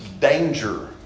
danger